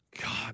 God